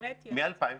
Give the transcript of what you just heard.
ורד,